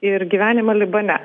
ir gyvenimą libane